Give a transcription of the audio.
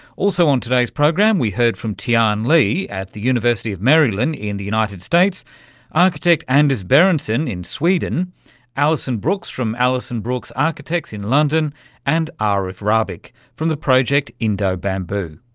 also on today's program we heard from tian li at the university of maryland in the united states architect anders berensson in sweden alison brooks from alison brooks architects in london and ah arief rabik from the project indobamboo.